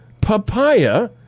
papaya